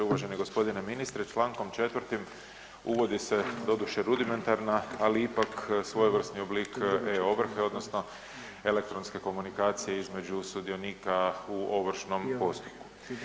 Uvaženi gospodine ministre Člankom 4. uvodi se doduše rudimentarna, ali ipak svojevrsni oblik e-ovrhe odnosno elektronske komunikacije između sudionika u ovršnom postupku.